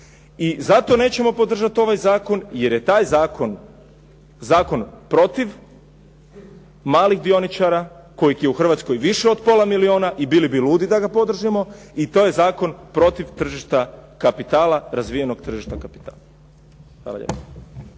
i zato nećemo podržati ovaj zakon jer je taj zakon zakon protiv malih dioničara kojih je u Hrvatskoj više od pola milijuna i bili bi ludi da ga podržimo i to je zakon protiv razvijenog tržišta kapitala.